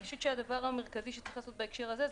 הדבר המרכזי שצריך לעשות בהקשר הזה,